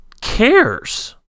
cares